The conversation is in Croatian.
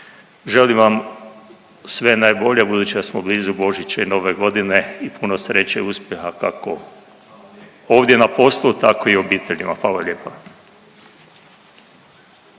Želim vam sve najbolje budući da smo blizu Božića i Nove godine i puno sreće i uspjeha kako ovdje na poslu, tako i u obiteljima. Hvala lijepa.